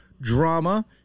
drama